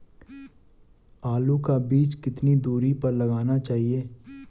आलू का बीज कितनी दूरी पर लगाना चाहिए?